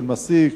של מסיק,